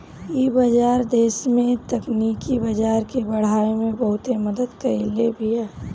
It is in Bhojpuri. इ बाजार देस में तकनीकी बाजार के बढ़ावे में बहुते मदद कईले बिया